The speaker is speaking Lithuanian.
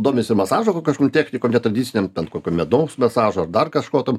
domisi masažu kokios nu technikom netradiciniam bet kokio medaus masažo dar kažko tam